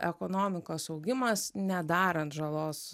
ekonomikos augimas nedarant žalos